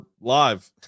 live